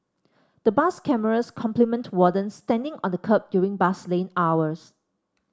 the bus cameras complement wardens standing on the kerb during bus lane hours